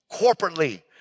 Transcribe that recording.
corporately